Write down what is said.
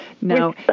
no